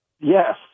Yes